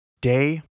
Day